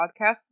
podcast